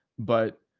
but.